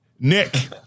Nick